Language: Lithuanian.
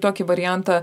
tokį variantą